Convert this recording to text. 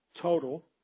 total